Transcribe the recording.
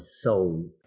soul